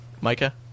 Micah